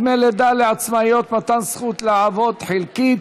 דמי לידה לעצמאיות, מתן זכות לעבודה חלקית),